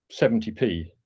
70p